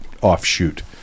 offshoot